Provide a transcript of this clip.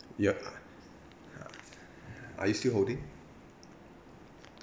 ya uh are you still holding